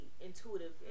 intuitive